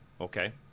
okay